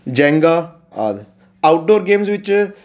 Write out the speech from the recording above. Jenga ਆਦਿ outdoor games ਵਿਚ